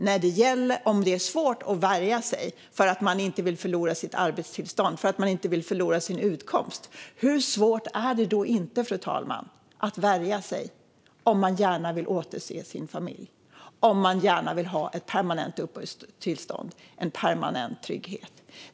Om det är svårt att värja sig för att man inte vill förlora sitt arbetstillstånd och sin utkomst, hur svårt är det då inte, fru talman, att värja sig om man gärna vill återse sin familj, om man gärna vill ha ett permanent uppehållstillstånd, en permanent trygghet? Fru talman!